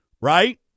right